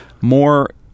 more